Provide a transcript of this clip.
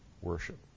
worship